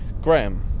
Graham